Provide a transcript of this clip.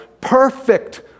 Perfect